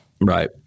Right